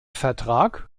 vertrag